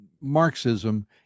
Marxism